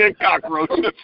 cockroaches